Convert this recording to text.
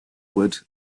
wood